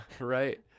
right